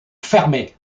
fermée